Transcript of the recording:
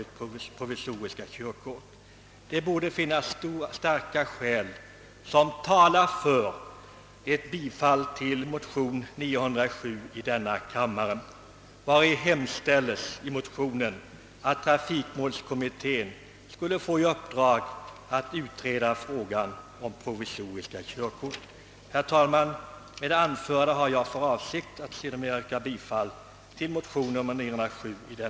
Det finns enligt min mening starka skäl för ett bifall till motionen II:907, vari hemställes att trafikmålskommittén skall få i uppdrag att utreda frågan om provisoriska kör kort. Jag kommer därför senare under överläggningen att yrka bifall till motionen.